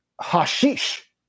hashish